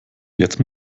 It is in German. jetzt